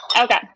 Okay